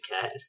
cat